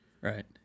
right